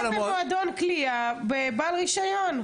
--- אלא במועדון קליעה בעל רישיון.